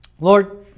Lord